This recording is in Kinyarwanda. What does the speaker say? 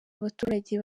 baturage